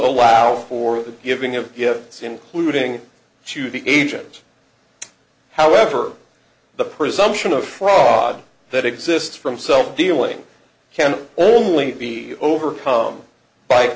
allow for the giving of gifts including to the agent however the presumption of prod that exists from self dealing can only be overcome by